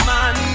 Man